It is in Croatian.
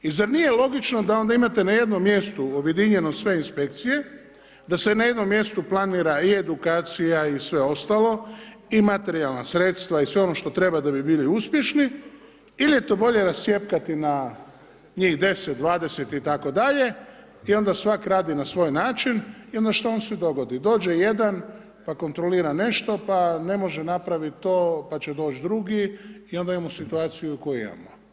I zar nije logično da onda imate na jednom mjestu objedinjeno sve inspekcije, da se na jednom mjestu planira i edukacija i sve ostalo i materijalan sredstva i sve ono što treba da bi bili uspješni ili je to bolje rascjepkati na njih 10, 20 itd. i onda svak radi na svoj način i onda šta vam se dogodi, dođe jedan pa kontrolira nešto pa ne može napraviti to pa će doći drugi i onda imamo situaciju koju imamo.